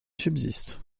subsiste